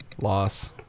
loss